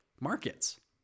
markets